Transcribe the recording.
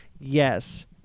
yes